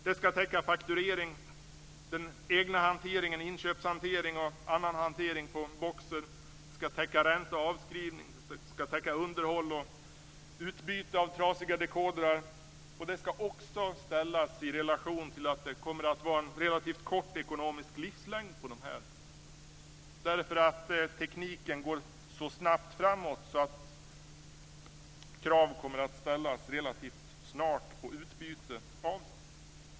Det ska täcka fakturering, den egna inköpshanteringen och annan hantering av boxar. Det ska täcka ränta och avskrivning, det ska täcka underhåll och utbyte av trasiga dekodrar och det ska också ställas i relation till att det kommer att vara en relativt kort ekonomisk livslängd på dem, därför att tekniken går så snabbt framåt att krav på utbyte av dem kommer att ställas relativt snart.